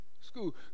school